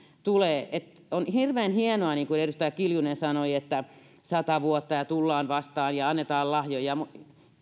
tulee on hirveän hienoa niin kuin edustaja kiljunen sanoi että sata vuotta ja tullaan vastaan ja annetaan lahjoja